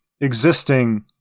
existing